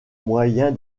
moyen